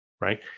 right